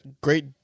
great